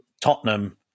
Tottenham